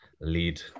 lead